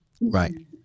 Right